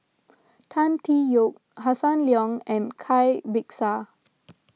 Tan Tee Yoke Hossan Leong and Cai Bixia